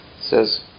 says